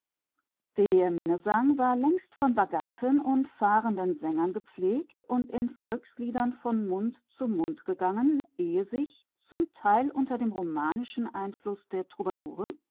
der minnesang war von vaganten und fahrenden sängern gepflegt und in volksliedern von mund zu mund gegangen ehe sich unter dem romanischen einfluß der